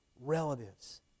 relatives